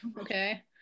Okay